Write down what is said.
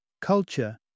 Culture